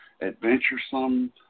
adventuresome